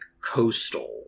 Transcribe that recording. coastal